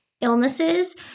illnesses